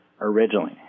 originally